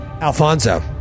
Alfonso